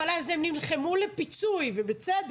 אבל אז הם נלחמו לפיצוי למשפחות, ובצדק.